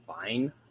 fine